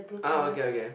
uh okay okay